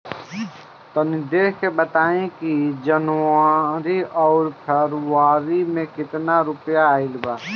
तनी देख के बताई कि जौनरी आउर फेबुयारी में कातना रुपिया आएल बा?